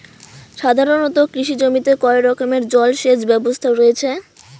সাধারণত কৃষি জমিতে কয় রকমের জল সেচ ব্যবস্থা রয়েছে?